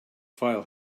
file